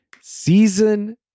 season